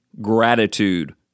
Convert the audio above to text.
gratitude